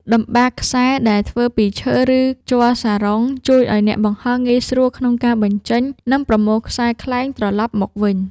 តម្បារខ្សែដែលធ្វើពីឈើ ឬជ័រសារ៉ុង ជួយឱ្យអ្នកបង្ហោះងាយស្រួលក្នុងការបញ្ចេញ និងប្រមូលខ្សែខ្លែងត្រលប់មកវិញ។